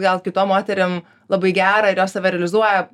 gal kitom moterim labai gera ir jos save realizuoja